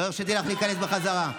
לא הרשיתי לך להיכנס בחזרה.